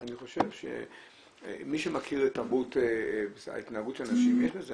אני חושב שמי שמכיר את התנהגות האנשים יש בזה.